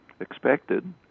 expected